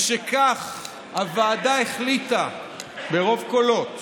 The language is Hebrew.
משכך, הוועדה החליטה ברוב קולות